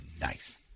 nice